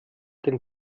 den